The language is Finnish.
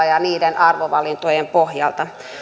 ja niiden arvovalintojen pohjalta